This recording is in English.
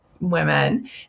women